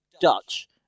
Dutch